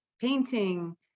painting